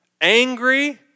angry